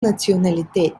nationalität